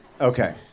Okay